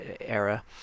era